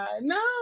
No